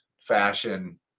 fashion